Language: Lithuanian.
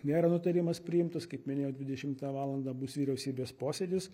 nėra nutarimas priimtas kaip minėjau dvidešimtą valandą bus vyriausybės posėdis